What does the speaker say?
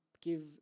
give